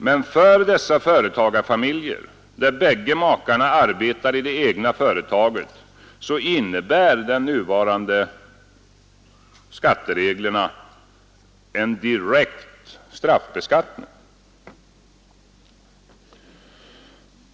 Men för dessa företagarfamiljer, där bägge makarna arbetar i det egna företaget, innebär de nuvarande skattereglerna en direkt straffbeskattning.